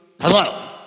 Hello